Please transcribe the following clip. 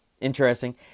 interesting